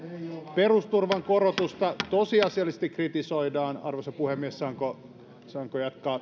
perusturvan korotusta tosiasiallisesti kritisoidaan arvoisa puhemies saanko saanko jatkaa